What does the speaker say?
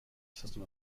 system